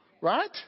right